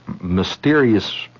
mysterious